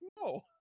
no